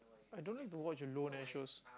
I don't like to watch alone eh shows